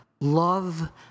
love